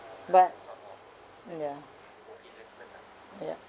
but ya ya